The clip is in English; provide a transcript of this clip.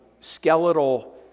skeletal